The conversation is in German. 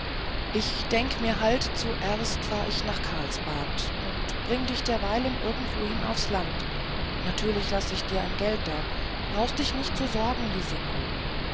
ich denk mir halt zuerst fahr ich nach karlsbad und bring dich derweil irgendwohin aufs land natürlich laß ich dir ein geld da brauchst dich nicht sorgen lisinko